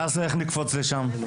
ואז איך נקפוץ לשם...